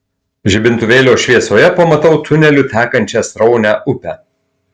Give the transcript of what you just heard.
žibintuvėlio šviesoje pamatau tuneliu tekančią sraunią upę